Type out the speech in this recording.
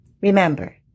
Remember